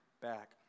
back